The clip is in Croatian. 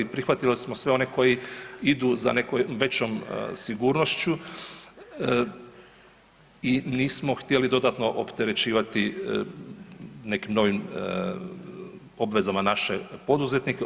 Prihvatili smo sve one koji idu za nekom većom sigurnošću i nismo htjeli dodatno opterećivati nekim novim obvezama naše poduzetnike.